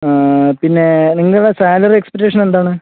പിന്നെ നിങ്ങളെ salary expectation എന്താണ്